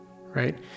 right